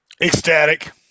Ecstatic